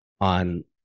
on